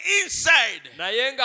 inside